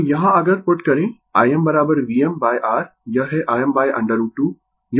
तो यहाँ अगर पुट करें ImVmR यह है Im√ 2